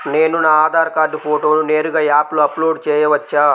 నేను నా ఆధార్ కార్డ్ ఫోటోను నేరుగా యాప్లో అప్లోడ్ చేయవచ్చా?